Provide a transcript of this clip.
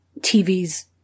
TV's